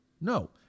No